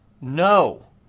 No